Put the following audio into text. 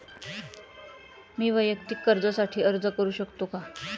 मी वैयक्तिक कर्जासाठी अर्ज करू शकतो का?